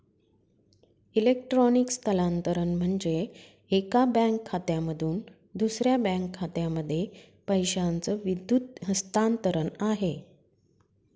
electronic स्थलांतरण म्हणजे, एका बँक खात्यामधून दुसऱ्या बँक खात्यामध्ये पैशाचं विद्युत हस्तांतरण आहे